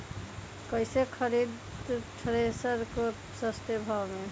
कैसे खरीदे थ्रेसर को सस्ते भाव में?